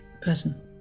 person